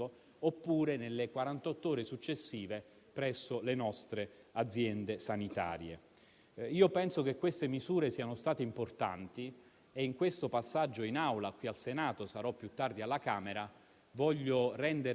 l'idea di fare test nei principali aeroporti del nostro Continente ci sembra un'idea giusta, che in uno spirito collaborativo e inclusivo ci può portare - crediamo - ad ottenere risultati giusti.